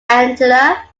angela